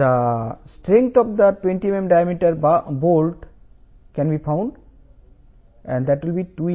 లో 20 mm bolt యొక్క బలం cl